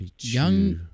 Young